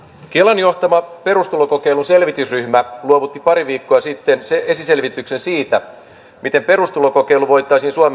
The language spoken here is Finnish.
kelan johtama perustulokokeiluselvitysryhmä luovutti pari viikkoa sitten esiselvityksen siitä miten perustulokokeilu voitaisiin suomessa toteuttaa